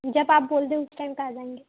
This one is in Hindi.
जब आप बोल दें उस टाइम पर आ जाएंगे